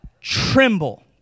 Tremble